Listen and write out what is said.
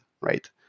right